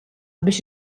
biex